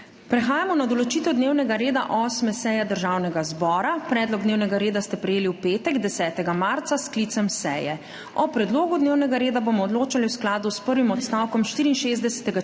Prehajamo na **določitev dnevnega reda** 8. seje Državnega zbora. Predlog dnevnega reda ste prejeli v petek, 10. marca, s sklicem seje. O predlogu dnevnega reda bomo odločali v skladu s prvim odstavkom 64. člena